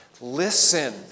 Listen